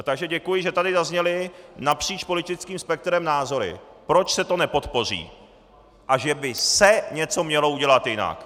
Takže děkuji, že tady zazněly napříč politickým spektrem názory, proč se to nepodpoří a že by se(!) něco mělo udělat jinak.